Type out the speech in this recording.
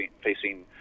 facing